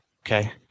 Okay